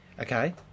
Okay